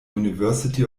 university